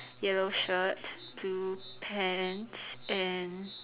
yellow shirt blue pants and